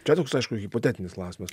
čia toks aiškus hipotetinis klausimas